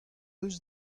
eus